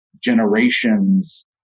generations